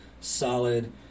solid